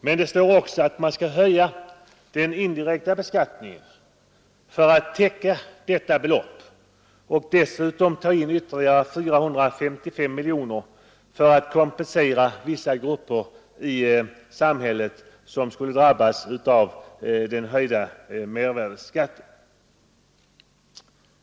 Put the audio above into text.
Men det står också att man skulle höja den indirekta beskattningen för att täcka detta belopp och dessutom ta in ytterligare 455 miljoner för att kompensera vissa grupper i samhället som skulle drabbas av den höjda mervärdeskatten.